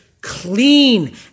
clean